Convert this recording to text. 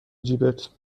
جیبت